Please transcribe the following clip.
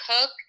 cook